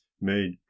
made